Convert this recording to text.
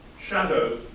shadow